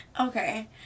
Okay